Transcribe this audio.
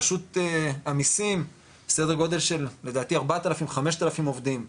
רשות המיסים סדר גודל של לדעתי 4,000-5,000 עובדים,